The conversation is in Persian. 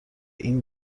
این